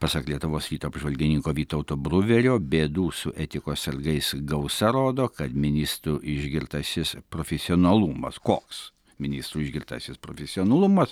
pasak lietuvos ryto apžvalgininko vytauto bruverio bėdų su etikos sargais gausa rodo kad ministrų išgirtasis profesionalumas koks ministrų išgirtasis profesionalumas